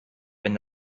wenn